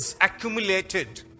accumulated